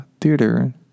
theater